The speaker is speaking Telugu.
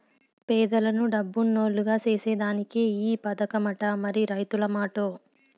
పేదలను డబ్బునోల్లుగ సేసేదానికే ఈ పదకమట, మరి రైతుల మాటో